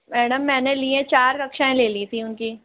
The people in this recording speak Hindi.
मैडम मैंने ली है चार कक्षाऐं ले ली थी उनकी